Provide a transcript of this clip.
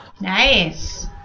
nice